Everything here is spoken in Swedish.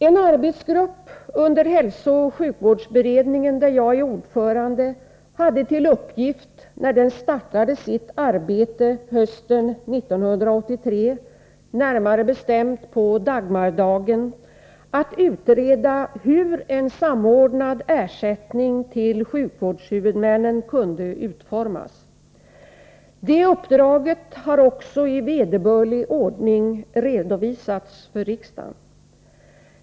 En arbetsgrupp under hälsooch sjukvårdsberedningen, där jag är ordförande, hade till uppgift när den startade sitt arbete hösten 1983, närmare bestämt på Dagmardagen, att utreda hur en samordnad ersättning till sjukvårdshuvudmännen kunde utformas. Det uppdraget har också i vederbörlig ordning redovisats för riksdagen.